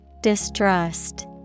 Distrust